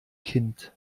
kind